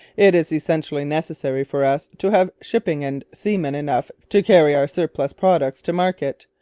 it is essentially necessary for us to have shipping and seamen enough to carry our surplus products to market,